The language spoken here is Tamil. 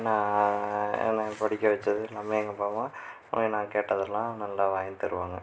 நான் என்னை படிக்கவச்சது எல்லாமே எங்கள் அப்பா அம்மா நான் கேட்டதெல்லாம் நல்லா வாங்கித் தருவாங்க